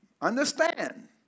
understand